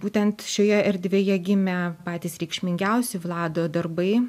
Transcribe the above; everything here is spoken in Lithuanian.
būtent šioje erdvėje gimė patys reikšmingiausi vlado darbai